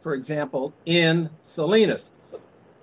for example in salinas